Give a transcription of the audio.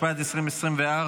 התשפ"ד 2024,